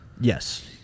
Yes